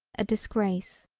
a disgrace,